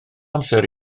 amser